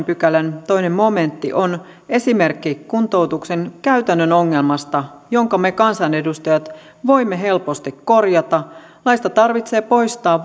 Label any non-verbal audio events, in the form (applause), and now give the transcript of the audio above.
(unintelligible) pykälän toinen momentti on esimerkki kuntoutuksen käytännön ongelmasta jonka me kansanedustajat voimme helposti korjata laista tarvitsee poistaa (unintelligible)